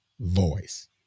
voice